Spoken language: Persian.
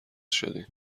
شدین